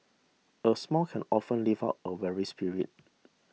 a smile can often lift up a weary spirit